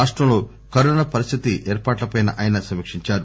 రాష్టంలో కరోనా పరిస్దితి ఏర్పాట్ల పై ఆయన సమీక్షించారు